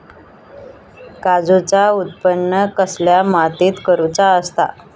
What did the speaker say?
काजूचा उत्त्पन कसल्या मातीत करुचा असता?